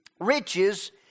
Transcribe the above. Riches